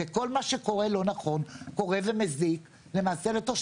וכול מה שקורה לא נכון, קורה ומזיק לתושבים.